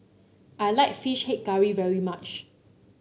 I like fish head curry very much